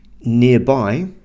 nearby